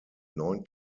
neun